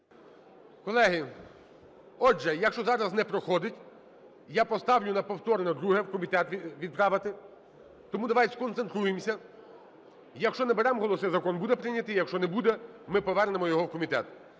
Колеги, отже, якщо зараз не проходить, я поставлю на повторне друге в комітет відправити. Тому давайте сконцентруємося: якщо наберемо голоси - закон буде прийнятий, якщо не буде - ми повернемо його в комітет.